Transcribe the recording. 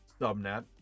subnet